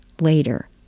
later